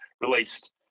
released